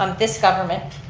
um this government